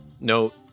no